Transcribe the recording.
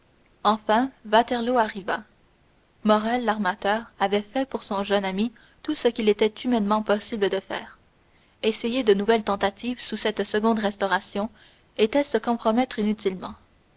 enfin waterloo arriva morrel ne reparut pas chez villefort l'armateur avait fait pour son jeune ami tout ce qu'il était humainement possible de faire essayer de nouvelles tentatives sous cette seconde restauration était se compromettre inutilement